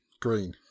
Green